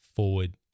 Forward